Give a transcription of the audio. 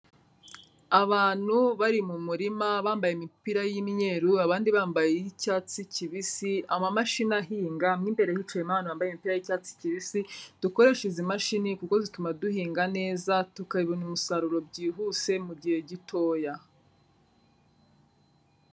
Abantu bari mu murima bambaye imipira y'imyeru, abandi bambaye iy'icyatsi kibisi, amamashini ahinga, mo imbere hicayemo abantu bambaye imipira y'icyatsi kibisi, dukoreshe izi mashini kuko zituma duhinga neza, tukabona umusaruro byihuse mu gihe gitoya.